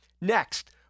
Next